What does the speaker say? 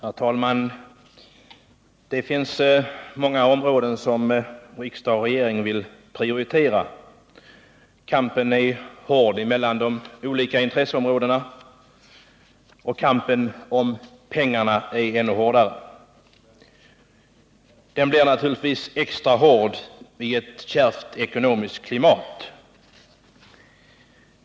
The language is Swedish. Herr talman! Det finns många områden som riksdag och regering vill prioritera. Kampen är hård när det gäller de olika intresseområdena, och kampen om pengarna är ännu hårdare. Det blir naturligtvis extra hårt i ett kärvt ekonomiskt klimat.